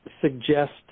suggest